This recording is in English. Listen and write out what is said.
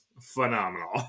phenomenal